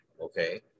Okay